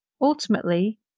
ultimately